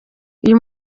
uyu